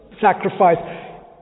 sacrifice